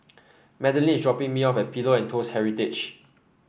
Madalynn is dropping me off at Pillows and Toast Heritage